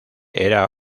era